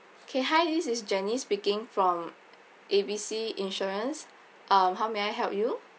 okay hi this is jenny speaking from A B C insurance um how may I help you